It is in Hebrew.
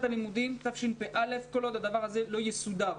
הלימודים תשפ"א כל עוד הדבר הזה לא יסודר.